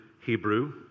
Hebrew